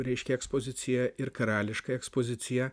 reiškia ekspozicija ir karališka ekspozicija